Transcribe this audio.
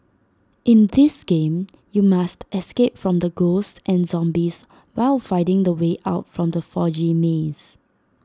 in this game you must escape from the ghosts and zombies while finding the way out from the foggy maze